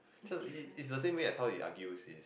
this one it's it's the same way as how he argues his